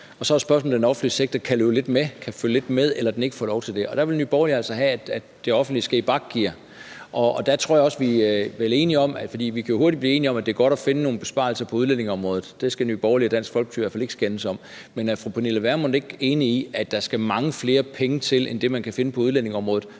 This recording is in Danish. og så er spørgsmålet, om den offentlige sektor kan løbe med, følge lidt med, eller om den ikke får lov til det. Og der vil Nye Borgerlige altså have, at det offentlige skal i bakgear. Vi kan hurtigt blive enige om, at det er godt at finde nogle besparelser på udlændingeområdet – det skal Nye Borgerlige og Dansk Folkeparti i hvert fald ikke skændes om. Men er fru Pernille Vermund ikke enig i, at der skal mange flere penge til end det, man kan finde på udlændingeområdet,